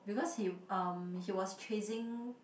because he uh he was chasing